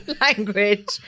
language